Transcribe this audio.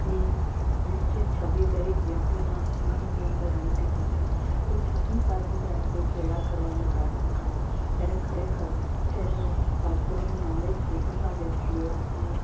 ની એક નિશ્ચિત છબી દરેક વ્યક્તિના મનની અંદર રમતી હોય છે એ છબી સાથે જ્યારે કોઈ ચેડા કરવાને પ્રયત્ન કરે ત્યારે ખરેખર જેને શાસ્ત્રોનું નોલેજ છે એવા વ્યક્તિઓ એનો